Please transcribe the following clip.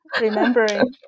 remembering